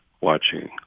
watching